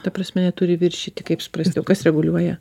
ta prasme neturi viršyti kaip suprast o kas reguliuoja